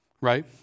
Right